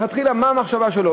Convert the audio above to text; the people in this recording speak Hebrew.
לכתחילה, מה המחשבה שלו?